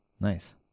Nice